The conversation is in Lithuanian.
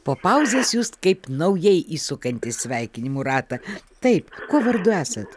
po pauzės jūs kaip naujai įsukanti sveikinimų ratą taip kuo vardu esat